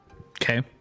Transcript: Okay